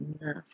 enough